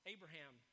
Abraham